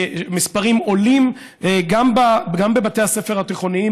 המספרים עולים גם בבתי הספר התיכוניים